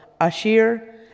Ashir